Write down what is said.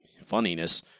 funniness